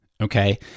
Okay